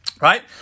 right